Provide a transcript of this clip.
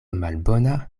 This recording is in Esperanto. malbona